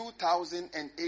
2008